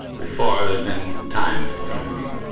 before there had been time in front of me,